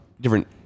different